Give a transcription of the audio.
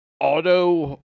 auto